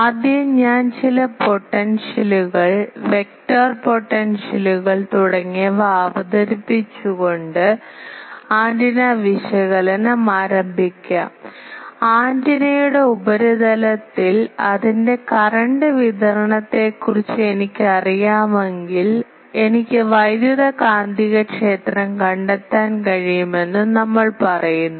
ആദ്യം ഞാൻ ചില പൊട്ടൻഷ്യലുകൾ വെക്റ്റർ പൊട്ടൻഷ്യലുകൾ തുടങ്ങിയവ അവതരിപ്പിച്ചുകൊണ്ട് ആന്റിന വിശകലനം ആരംഭിക്കാം ആന്റിനയുടെ ഉപരിതലത്തിൽ അതിന്റെ കറന്റ് വിതരണത്തെക്കുറിച്ച് എനിക്കറിയാമെങ്കിൽ എനിക്ക് വൈദ്യുത കാന്തികക്ഷേത്രം കണ്ടെത്താൻ കഴിയുമെന്ന് നമ്മൾ പറയുന്നു